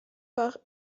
par